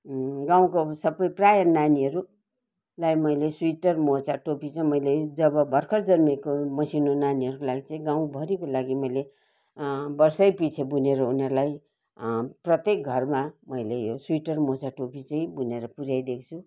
गाउँको सबै प्रायः नानीहरूलाई मैले स्वेटर मोजा टोपी चाहिँ मैले जब भर्खर जन्मेको मसिनु नानीहरूको लागि चाहिँ गाउँ भरिको लागि मैले वर्षै पिछे बुनेर उनीहरूलाई प्रत्येक घरमा मैले यो स्वेटर टोपी मोजा चाहिँ बुनेर पुऱ्याइदिएको छु